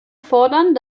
fordern